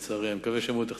ואני מקווה שהם עוד יחתמו,